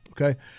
okay